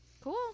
cool